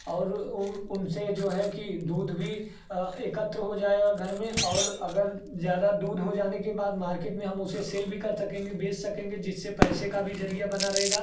और उ उनसे जो है कि दूध भी एकत्र हो जाएगा घर में और अगर ज़्यादा दूध हो जाने के बाद मार्केट में हम उसे सेल भी कर सकेंगे बेच सकेंगे जिससे पैसे का भी ज़रिया बना रहेगा